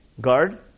guard